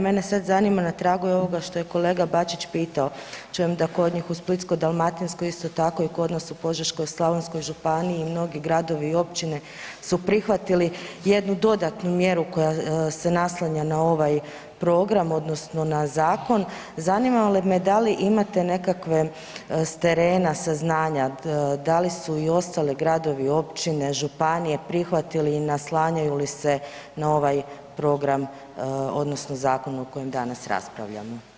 Mene sada zanima i na tragu ovoga što je kolega Bačić pitao, čujem da kod njih u Splitsko-dalmatinskoj isto tako i kod nas u Požeško-slavonskoj županiji mnogi gradovi i općine su prihvatili jednu dodatnu mjeru koja se naslanja na ovaj program odnosno na zakon, zanima me da li imate nekakve s terena saznanja, da li su i ostali gradovi i općine, županije prihvatili i naslanjaju li se na ovaj program odnosno zakon o kojem danas raspravljamo?